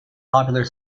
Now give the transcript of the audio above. popular